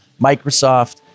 Microsoft